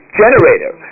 generator